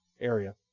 area